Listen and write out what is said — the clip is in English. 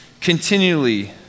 continually